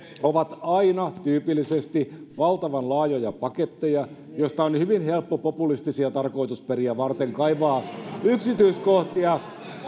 ovat aina tyypillisesti valtavan laajoja paketteja joista on hyvin helppo populistisia tarkoitusperiä varten kaivaa yksityiskohtia